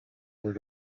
was